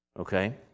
okay